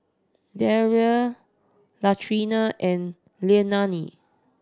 Darrell Latrina and Leilani